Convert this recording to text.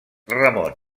ramon